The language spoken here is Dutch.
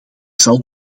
zal